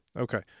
Okay